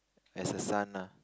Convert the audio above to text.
as a son lah